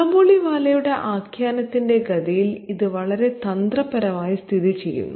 കാബൂളിവാലയുടെ ആഖ്യാനത്തിന്റെ ഗതിയിൽ ഇത് വളരെ തന്ത്രപരമായി സ്ഥിതിചെയ്യുന്നു